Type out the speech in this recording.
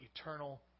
eternal